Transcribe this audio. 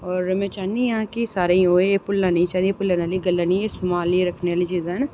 ते में चाह्न्नी आं कि एह् सारें गी नेईं भुल्लना चाहिदियां एह् भुल्लनै आह्लियां गल्लां निं हैन एह् सम्हालनै आह्लियां चीजां न